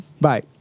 Bye